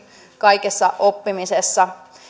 kaikessa oppimisessa